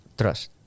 trust